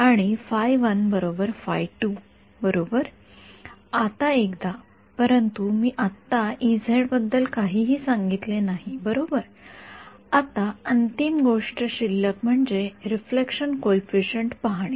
आता एकदा परंतु मी आत्ता बद्दल काहीही सांगितले नाही बरोबर आता अंतिम गोष्ट शिल्लक म्हणजे रिफ्लेक्शन कॉइफिसिएंट पहाणे